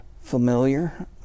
familiar